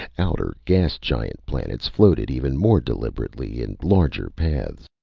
outer, gas-giant planets floated even more deliberately in larger paths.